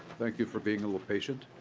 thank you for being a little patient.